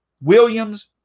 Williams